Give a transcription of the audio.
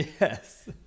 yes